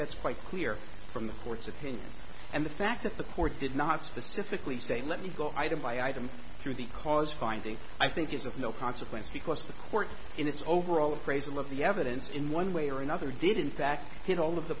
that's quite clear from the court's opinion and the fact that the court did not specifically say let me go item by item through the cause finding i think is of no consequence because the court in its overall appraisal of the evidence in one way or another did in fact hit all of the